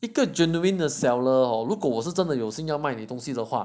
一个 genuine 的 seller hor 如果我是真的有心要卖你东西的话